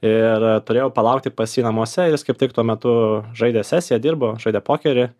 ir turėjau palaukti pas jį namuose jis kaip tik tuo metu žaidė sesiją dirbo žaidė pokerį